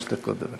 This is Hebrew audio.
חמש דקות.